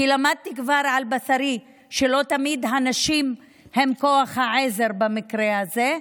כי למדתי כבר על בשרי שלא תמיד הנשים הן כוח העזר במקרה הזה,